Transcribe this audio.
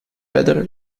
rather